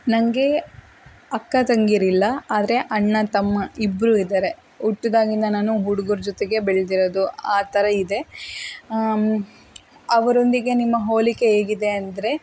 ನನಗೆ ಅಕ್ಕ ತಂಗಿರು ಇಲ್ಲ ಆದರೆ ಅಣ್ಣ ತಮ್ಮ ಇಬ್ಬರೂ ಇದ್ದಾರೆ ಹುಟ್ದಾಗಿಂದ ನಾನು ಹುಡುಗರ ಜೊತೆಗೆ ಬೆಳೆದಿರೋದು ಆ ಥರ ಇದೆ ಅವರೊಂದಿಗೆ ನಿಮ್ಮ ಹೋಲಿಕೆ ಹೇಗಿದೆ ಅಂದರೆ